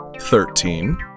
thirteen